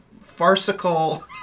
farcical